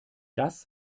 das